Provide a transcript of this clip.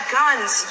guns